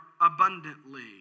abundantly